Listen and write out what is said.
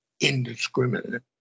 indiscriminate